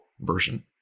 version